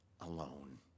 alone